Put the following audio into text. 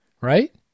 Right